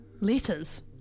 Letters